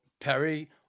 Perry